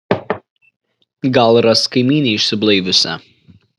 gal ras kaimynę išsiblaiviusią